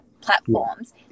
platforms